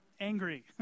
angry